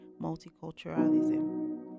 multiculturalism